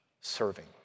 serving